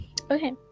okay